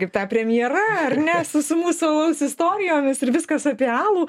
kaip ta premjera ar ne su su mūsų istorijomis ir viskas apie alų